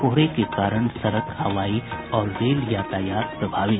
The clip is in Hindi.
कोहरे के कारण सड़क हवाई और रेल यातायात प्रभावित